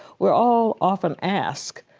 we're all often asked,